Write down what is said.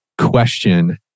question